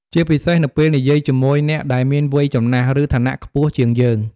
ជាពិសេសនៅពេលនិយាយជាមួយអ្នកដែលមានវ័យចំណាស់ ឬឋានៈខ្ពស់ជាងយើង។